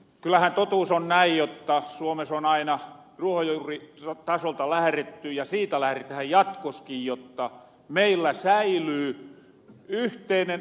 kyllähän totuus on näin jotta suomes on aina ruohonjuuritasolta lähretty ja siitä lähretähän jatkoskin jotta meillä säilyy yhteinen asevelvollisuus